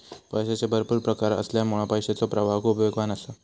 पैशाचे भरपुर प्रकार असल्यामुळा पैशाचो प्रवाह खूप वेगवान असा